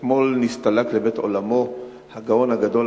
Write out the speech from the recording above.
אתמול נסתלק לבית עולמו הגאון הגדול,